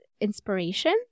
inspiration